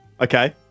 Okay